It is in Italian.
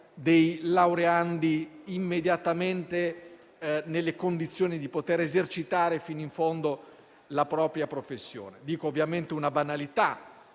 i laureandi immediatamente nelle condizioni di poter esercitare fino in fondo la propria professione. Dico ovviamente una banalità: